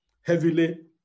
heavily